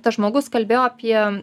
tas žmogus kalbėjo apie